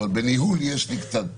אבל בניהול יש קצת ניסיון.